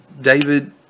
David